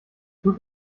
tut